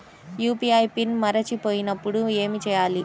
UPI PIN మరచిపోయినప్పుడు ఏమి చేయాలి?